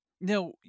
Now